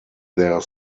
their